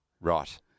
Right